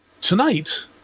tonight